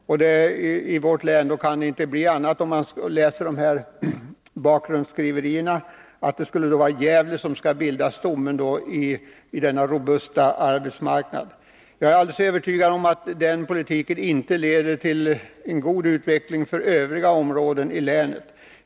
Om man läser bakgrundsskriverierna kan man inte få det till annat än att det i vårt län skulle vara Gävle som bildar stommen i denna robusta arbetsmarknad. Jag är alldeles övertygad om att en sådan politik inte leder till en god utveckling för övriga områden i länet.